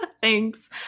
Thanks